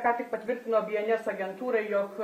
ką tik patvirtino bns agentūrai jog